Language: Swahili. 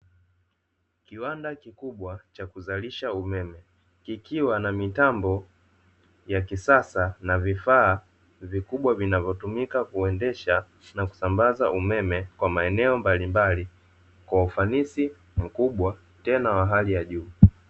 Kiwanda kikubwa cha kuzalisha umeme, kikiwa na mitambo ya kisasa na vifaa vikubwa vinavyotumika kuendesha na kusambaza umeme kwa maeneo mbalimbali, kwa ufanisi mkubwa tena wa hali ya juu.